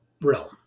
realm